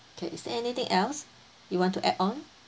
okay is anything else you want to add on